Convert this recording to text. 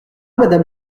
madame